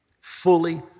Fully